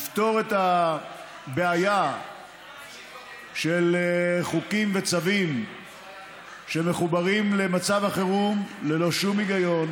לפתור את הבעיה של חוקים וצווים שמחוברים למצב החירום ללא שום היגיון,